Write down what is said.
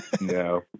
no